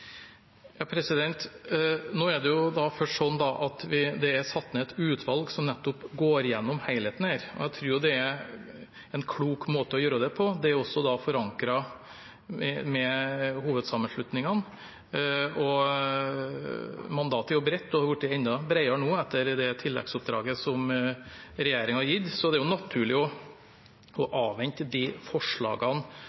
Først: Det er satt ned et utvalg som nettopp går gjennom helheten her, og jeg tror det er en klok måte å gjøre det på. Det er også forankret med hovedsammenslutningene. Mandatet er bredt og har blitt enda bredere nå, etter det tilleggsoppdraget som regjeringen har gitt, og det er naturlig å